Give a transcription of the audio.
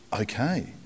Okay